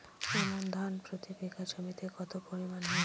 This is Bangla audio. আমন ধান প্রতি বিঘা জমিতে কতো পরিমাণ হয়?